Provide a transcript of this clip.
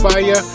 Fire